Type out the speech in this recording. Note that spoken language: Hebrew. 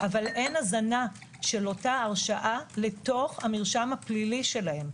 אבל אין הזנה של אותה הרשעה לתוך המרשם הפלילי שלהם.